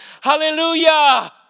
Hallelujah